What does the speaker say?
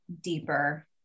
deeper